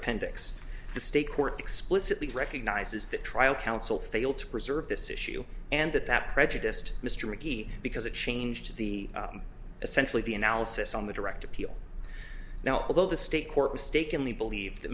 appendix the state court explicitly recognizes that trial counsel failed to preserve this issue and that that prejudiced mr mcgee because it changed the essentially the analysis on the direct appeal now although the state court mistakenly believed that